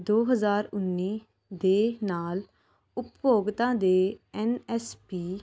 ਦੋ ਹਜ਼ਾਰ ਉੱਨੀ ਦੇ ਨਾਲ ਉਪਭੋਗਤਾ ਦੇ ਐੱਨ ਐੱਸ ਪੀ